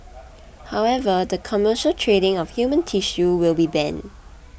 however the commercial trading of human tissue will be banned